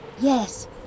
Yes